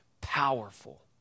powerful